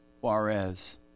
Juarez